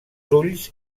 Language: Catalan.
ulls